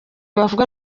bavuga